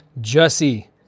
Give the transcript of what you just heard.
Jesse